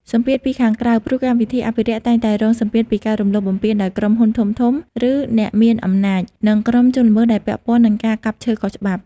សម្ពាធពីខាងក្រៅ ព្រោះកម្មវិធីអភិរក្សតែងតែរងសម្ពាធពីការរំលោភបំពានដោយក្រុមហ៊ុនធំៗ ឬអ្នកមានអំណាច និងក្រុមជនល្មើសដែលពាក់ព័ន្ធនឹងការកាប់ឈើខុសច្បាប់។